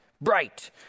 Bright